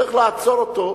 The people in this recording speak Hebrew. צריך לעצור אותו,